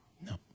No